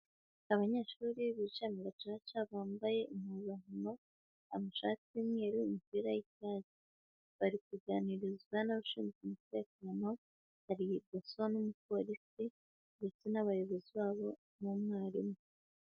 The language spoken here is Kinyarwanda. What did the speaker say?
Abanyeshuri bicaye mu gacaca bambaye impuzankano, amashati y'umweru, imipira y'icyatsi, bari kuganirizwa n'abashinzwe umutekano, hari DASSO n'umupolisi ndetse n'abayobozi babo n'umwarimu.